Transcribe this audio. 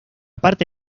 parte